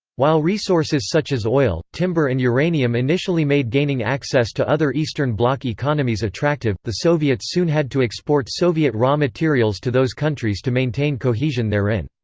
while resources such as oil, timber and uranium initially made gaining access to other eastern bloc economies attractive, the soviets soon had to export soviet raw materials to those countries to maintain cohesion therein.